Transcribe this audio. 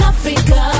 Africa